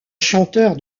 chanteur